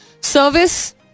service